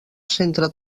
centre